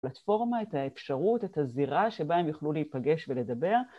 פלטפורמה, את האפשרות, את הזירה שבה הם יוכלו להיפגש ולדבר.